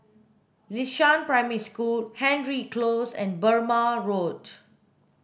Xishan Primary School Hendry Close and Burmah Road